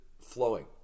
flowing